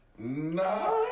Nah